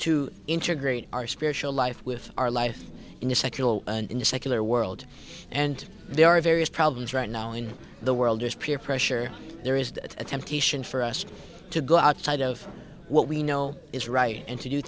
to integrate our spiritual life with our life in the secular in the secular world and there are various problems right now in the world is peer pressure there is a temptation for us to go outside of what we know is right and to do